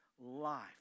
life